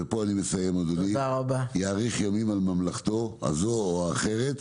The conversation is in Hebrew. אדוני יאריך ימים על ממלכתו הזו או האחרת.